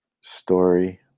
story